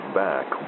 back